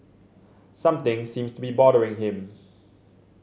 something seems to be bothering him